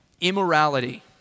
immorality